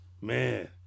man